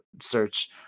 search